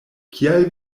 kial